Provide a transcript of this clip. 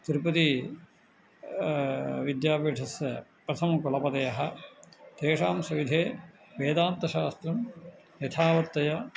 तिरुपतिः विद्यापीठस्य प्रथमः कुलपतयः तेषां सविधे वेदान्तशास्त्रं यथावत्तया